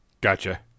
Gotcha